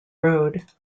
road